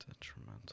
detrimental